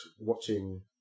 watching